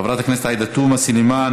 חברת הכנסת עאידה תומא סלימאן,